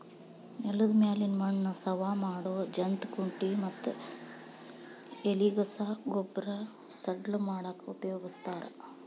ನೆಲದ ಮ್ಯಾಲಿನ ಮಣ್ಣ ಸವಾ ಮಾಡೋ ಜಂತ್ ಕುಂಟಿ ಮತ್ತ ಎಲಿಗಸಾ ಗೊಬ್ಬರ ಸಡ್ಲ ಮಾಡಾಕ ಉಪಯೋಗಸ್ತಾರ